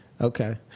Okay